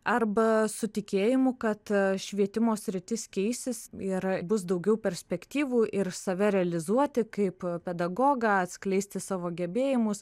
arba su tikėjimu kad švietimo sritis keisis ir bus daugiau perspektyvų ir save realizuoti kaip pedagogą atskleisti savo gebėjimus